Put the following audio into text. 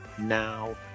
Now